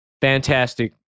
fantastic